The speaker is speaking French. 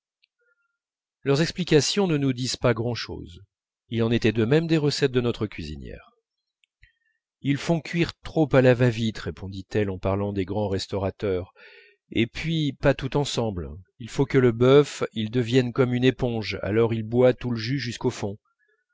leurs explications ne nous disent pas grand'chose il en était de même des recettes de notre cuisinière ils font cuire trop à la va vite répondit-elle en parlant des grands restaurateurs et puis pas tout ensemble il faut que le bœuf il devienne comme une éponge alors il boit tout le jus jusqu'au fond